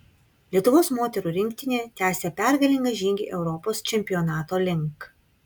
lietuvos moterų rinktinė tęsia pergalingą žygį europos čempionato link